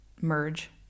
merge